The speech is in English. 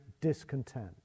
discontent